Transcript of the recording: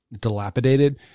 dilapidated